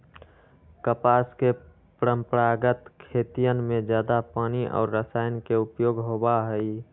कपास के परंपरागत खेतियन में जादा पानी और रसायन के उपयोग होबा हई